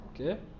Okay